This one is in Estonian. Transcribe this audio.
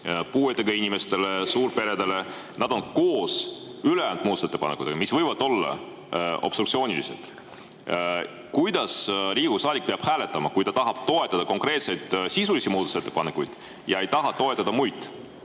puuetega inimestele või suurperedele ja nad on koos ülejäänud muudatusettepanekutega, mis võivad olla obstruktsioonilised –, kuidas Riigikogu saadik peab hääletama, kui ta tahab toetada konkreetseid sisulisi muudatusettepanekuid ja ei taha toetada muid?